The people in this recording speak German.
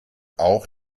auch